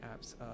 apps